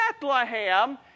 Bethlehem